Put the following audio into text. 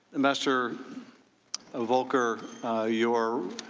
ambassador volker your